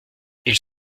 ils